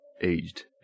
Aged